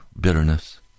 bitterness